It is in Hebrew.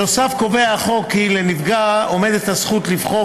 נוסף על כך נקבע בחוק כי לנפגע עומדת הזכות לבחור